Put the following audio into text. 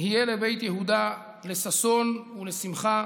יהיה לבית יהודה לששון ולשמחה